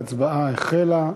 ההצבעה החלה.